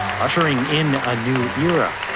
ushering in a new era.